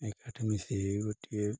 ଏକାଠି ମିଶି ଗୋଟିଏ